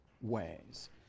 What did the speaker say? ways